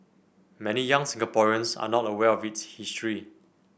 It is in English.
many young Singaporeans are not aware of its history